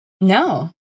No